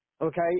Okay